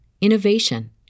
innovation